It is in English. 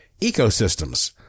ecosystems